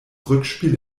rückspiel